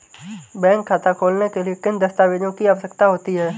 Bank खाता खोलने के लिए किन दस्तावेज़ों की आवश्यकता होती है?